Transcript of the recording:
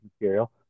material